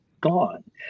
gone